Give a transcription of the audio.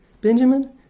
Benjamin